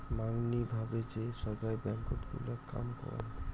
মাঙনি ভাবে যে সোগায় ব্যাঙ্কত গুলা কাম করাং